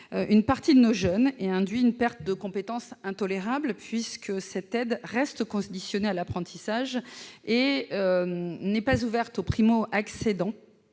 une partie de nos jeunes et induit une perte de compétences intolérable, l'aide restant conditionnée à l'apprentissage et n'étant pas ouverte aux primo-accédants